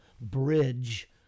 bridge